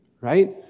right